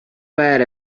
bad